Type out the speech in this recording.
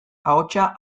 ahotsa